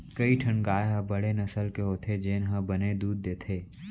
कई ठन गाय ह बड़े नसल के होथे जेन ह बने दूद देथे